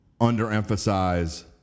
underemphasize